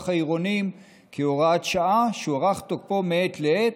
העירוניים כהוראת שעה והוארך תוקפו מעת לעת,